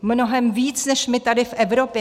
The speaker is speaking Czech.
Mnohem víc než my tady v Evropě.